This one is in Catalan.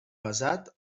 basat